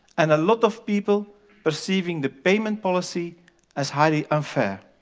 and a lot of people perceiving the payment policy as highly unfair.